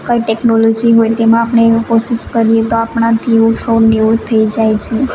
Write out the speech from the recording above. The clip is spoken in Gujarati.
કઈ ટેકનોલોજી હોય તેમાં આપણે કોશિશ કરવી તો આપણાથી એવું સૌ નિવૃત થઇ જાય છે